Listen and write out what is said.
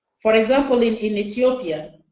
for example, in in ethiopia,